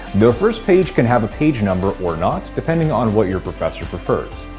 the first page can have a page number or not, depending on what your professor prefers.